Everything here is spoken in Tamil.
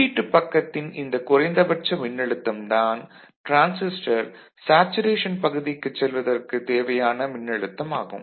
உள்ளீட்டுப் பக்கத்தின் இந்த குறைந்தபட்ச மின்னழுத்தம் தான் டிரான்சிஸ்டர் சேச்சுரேஷன் பகுதிக்குச் செல்வதற்கு தேவையான மின்னழுத்தம் ஆகும்